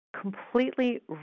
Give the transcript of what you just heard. completely